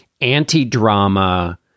anti-drama